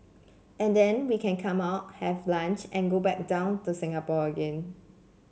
and then we can come up have lunch and go back down to Singapore again